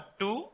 two